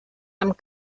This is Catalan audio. amb